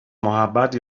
محبت